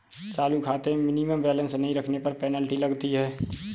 चालू खाते में मिनिमम बैलेंस नहीं रखने पर पेनल्टी लगती है